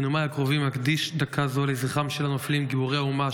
בנאומיי הקרובים אקדיש דקה זו לזכרם של הנופלים גיבורי האומה,